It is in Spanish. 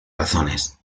razones